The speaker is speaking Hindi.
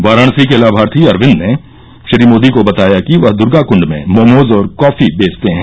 वाराणसी के लामार्थी अरविंद ने श्री मोदी को बताया कि वह दुर्गाकृंड में मोमोज और कॉफी बेचते हैं